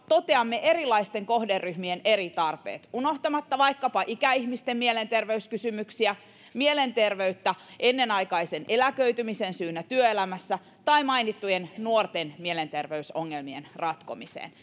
toteamme erilaisten kohderyhmien eri tarpeet unohtamatta vaikkapa ikäihmisten mielenterveyskysymyksiä mielenterveyttä ennenaikaisen eläköitymisen syynä työelämässä tai mainittujen nuorten mielenterveysongelmien ratkomista